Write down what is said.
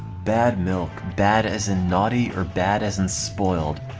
bad milk. bad as in naughty or bad as in spoiled?